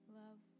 love